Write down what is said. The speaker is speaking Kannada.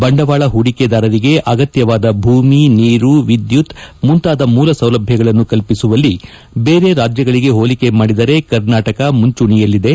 ಬಂಡವಾಳ ಹೂಡಿಕೆದಾರರಿಗೆ ಅಗತ್ಯವಾದ ಭೂಮಿ ನೀರು ವಿದ್ಯುತ್ ಮುಂತಾದ ಮೂಲ ಸೌಲಭ್ಯಗಳನ್ನು ಕಲ್ಪಿಸುವಲ್ಲಿ ಬೇರೆ ರಾಜ್ಯಗಳಿಗೆ ಹೋಲಿಕೆ ಮಾಡಿದರೆ ಕರ್ನಾಟಕ ಮುಂಚೂಣಿಯಲ್ಲಿದೆ